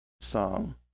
song